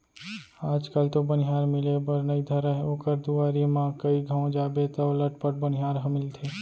आज कल तो बनिहार मिले बर नइ धरय ओकर दुवारी म कइ घौं जाबे तौ लटपट बनिहार ह मिलथे